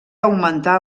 augmentar